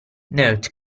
note